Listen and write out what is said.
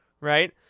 right